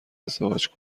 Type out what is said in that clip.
ازدواج